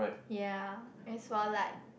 yea is more like